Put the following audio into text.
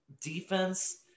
defense